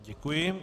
Děkuji.